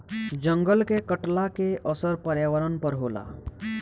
जंगल के कटला के असर पर्यावरण पर होला